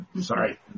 Sorry